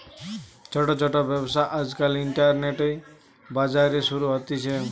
ছোট ছোট ব্যবসা আজকাল ইন্টারনেটে, বাজারে শুরু হতিছে